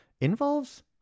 involves